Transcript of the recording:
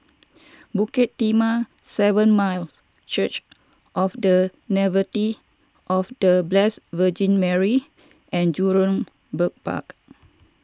Bukit Timah seven Mile Church of the Nativity of the Blessed Virgin Mary and Jurong Bird Park